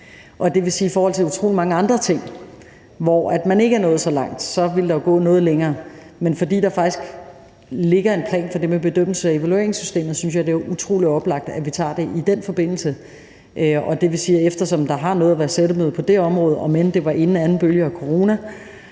Det vil sige, at i forhold til utrolig mange andre ting, hvor man ikke er nået så langt, vil der jo gå noget længere tid, men fordi der faktisk ligger en plan for det med bedømmelse af evalueringsystemet, synes jeg, det er utrolig oplagt, at vi tager det i den forbindelse. Og det vil sige, at eftersom der har nået at være sættemøde på det område, om end det var inden anden bølge af corona,